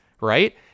right